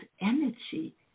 energy